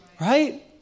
Right